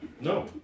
No